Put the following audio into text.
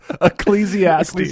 Ecclesiastes